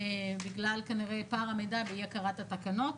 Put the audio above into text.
כנראה בגלל פער המידע ואי הכרת התקנות.